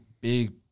big